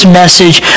message